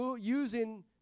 using